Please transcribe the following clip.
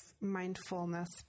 mindfulness